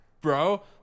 bro